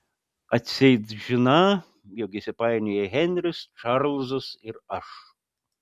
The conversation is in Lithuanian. atseit žiną jog įsipainioję henris čarlzas ir aš